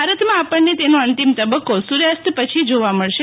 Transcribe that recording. ભારતમાં આપણને તેનો અંતિમ તબક્કી સૂર્યાસ્ત પછી જોવા મળશે